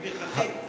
פחחים.